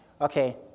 Okay